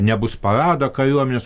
nebus parado kariuomenės